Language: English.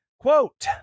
Quote